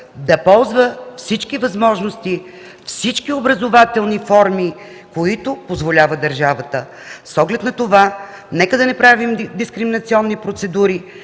да ползва всички възможности, всички образователни форми, които държавата позволява. С оглед на това нека да не правим дискриминационни процедури.